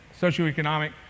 socioeconomic